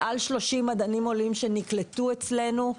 מעל 30 מדענים עולים שנקלטו אצלנו.